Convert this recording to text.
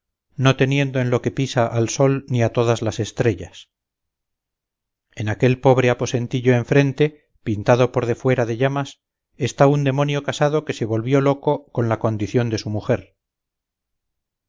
no teniendo en lo que pisa al sol ni a todas las estrellas en aquel pobre aposentillo enfrente pintado por defuera de llamas está un demonio casado que se volvió loco con la condición de su mujer